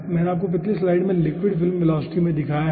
मैंने आपको पिछली स्लाइड लिक्विड फिल्म वेलोसिटी में दिखाया है